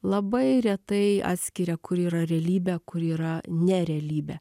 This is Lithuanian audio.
labai retai atskiria kur yra realybė kur yra ne realybė